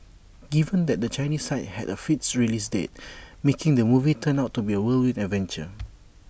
given that the Chinese side had A fixed release date making the movie turned out to be A whirlwind adventure